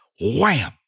wham